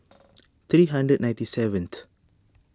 three hundred ninety seventh